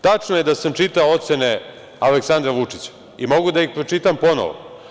Tačno je da sam čitao ocene Aleksandra Vučića i mogu da ih pročitam ponovo.